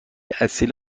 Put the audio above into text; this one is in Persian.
اصیل